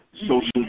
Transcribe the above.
social